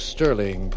Sterling